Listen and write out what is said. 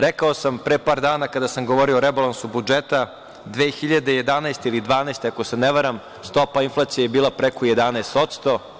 Rekao sam pre par dana kada sam govorio o rebalansu budžeta, 2011, ili 2012. godine, ako se ne varam, stopa inflacije je bila preko 11%